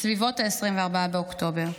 בסביבות 24 באוקטובר.